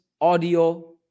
audio